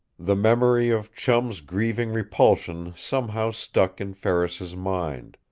the memory of chum's grieving repulsion somehow stuck in ferris's mind.